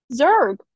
Zerg